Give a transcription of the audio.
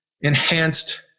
enhanced